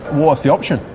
what's the option?